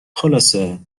خلاصه